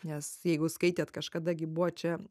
nes jeigu skaitėt kažkada gi buvo čia